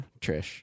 Trish